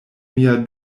mia